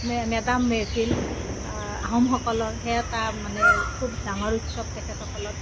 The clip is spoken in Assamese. মে মেডাম মে ফিল আহোমসকলৰ সে এটা মানে খুব ডাঙৰ উৎচৱ তেখেতসকলৰ